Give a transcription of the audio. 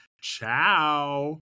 Ciao